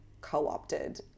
co-opted